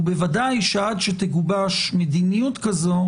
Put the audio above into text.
ובוודאי שעד שתגובש מדיניות כזו